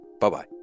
Bye-bye